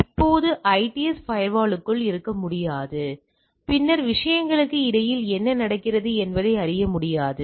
இப்போது ஐடிஎஸ் ஃபயர்வாலுக்குள் இருக்க முடியாது பின்னர் விஷயங்களுக்கு இடையில் என்ன நடக்கிறது என்பதை அறிய முடியாது